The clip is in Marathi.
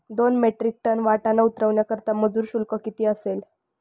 दोन मेट्रिक टन वाटाणा उतरवण्याकरता मजूर शुल्क किती असेल?